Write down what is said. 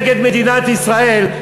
נגד מדינת ישראל,